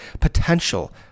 potential